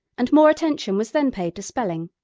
and more attention was then paid to spelling.